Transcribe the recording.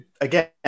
again